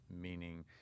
meaning